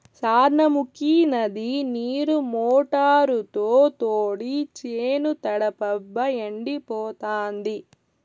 సార్నముకీ నది నీరు మోటారుతో తోడి చేను తడపబ్బా ఎండిపోతాంది